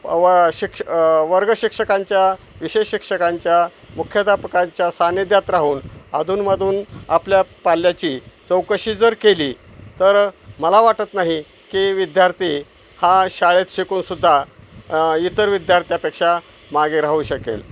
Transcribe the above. व शिक्ष वर्गशिक्षकांच्या विषय शिक्षकांच्या मुख्यध्यापकांच्या सानिध्यात राहून अधूनमधून आपल्या पाल्याची चौकशी जर केली तर मला वाटत नाही की विद्यार्थी हा शाळेत शिकूनसुद्धा इतर विद्यार्थ्यापेक्षा मागे राहू शकेल